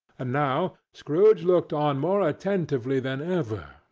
and now scrooge looked on more attentively than ever,